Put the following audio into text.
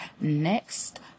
next